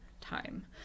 time